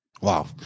Wow